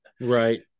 Right